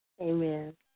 Amen